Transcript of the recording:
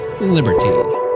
Liberty